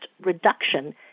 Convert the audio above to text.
reduction